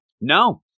No